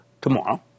tomorrow